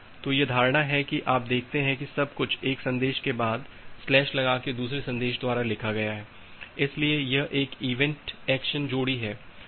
तो यह धारणा है कि आप देखते हैं कि सब कुछ 1 संदेश के बाद स्लैश लगा के दुसरे सन्देश द्वारा लिखा गया है इसलिए यह एक इवेंट एक्शन जोड़ी है